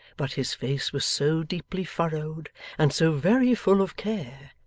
but his face was so deeply furrowed and so very full of care,